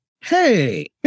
hey